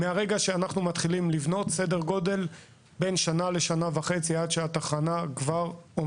מהרגע שמתחילים לבנות לוקח בין שנה לשנה וחצי עד שהתחנה עומדת,